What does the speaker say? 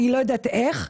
אני לא יודעת איך,